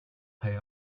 pay